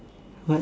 what